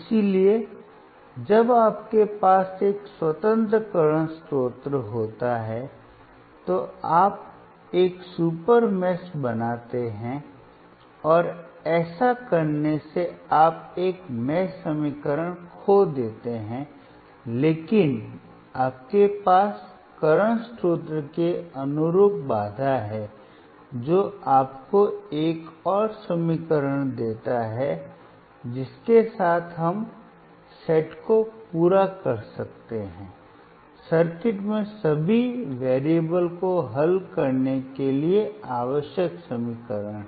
इसलिए जब आपके पास एक स्वतंत्र करंट स्रोत होता है तो आप एक सुपर मेष बनाते हैं और ऐसा करने से आप एक मेष समीकरण खो देते हैं लेकिन आपके पास करंट स्रोत के अनुरूप बाधा है जो आपको एक और समीकरण देता है जिसके साथ हम सेट को पूरा कर सकते हैं सर्किट में सभी चरों को हल करने के लिए आवश्यक समीकरण